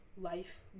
life